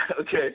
Okay